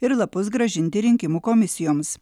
ir lapus grąžinti rinkimų komisijoms